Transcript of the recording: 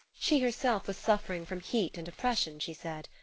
she herself was suffering from heat and oppression, she said.